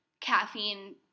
caffeine